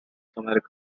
america